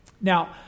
Now